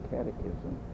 Catechism